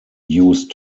used